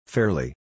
Fairly